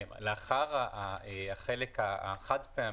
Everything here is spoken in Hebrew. לאחר החלק החד-פעמי,